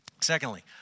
Secondly